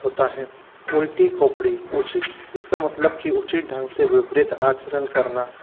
होता है उल्टी खोपड़ी इसका मतलब कि उचित ढंग से विपरीत आचरण करना